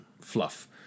fluff